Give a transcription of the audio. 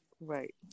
Right